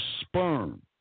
sperm